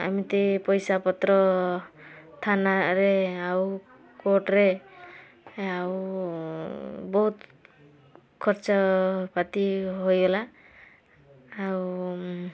ଏମିତି ପଇସାପତ୍ର ଥାନାରେ ଆଉ କୋର୍ଟରେ ଆଉ ବହୁତ ଖର୍ଚ୍ଚପାତି ହୋଇଗଲା ଆଉ